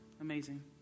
Amazing